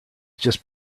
just